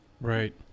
Right